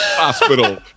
hospital